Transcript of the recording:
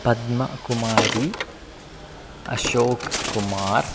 Padmakumari अशोक्कुमारः